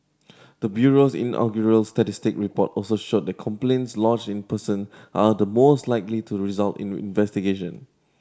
the bureau's inaugural statistics report also showed that complaints lodged in person are the most likely to result in investigation